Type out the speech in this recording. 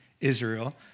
Israel